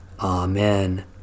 Amen